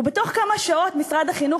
ובתוך כמה שעות משרד החינוך,